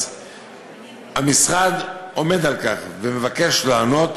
אז המשרד עומד על כך ומבקש לענות